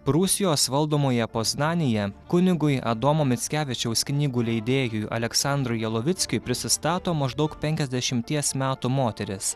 prūsijos valdomoje poznanėje kunigui adomo mickevičiaus knygų leidėjui aleksandrui jalovickiui prisistato maždaug penkiasdešimties metų moteris